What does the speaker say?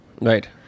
Right